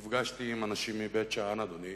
נפגשתי עם אנשים מבית-שאן, אדוני.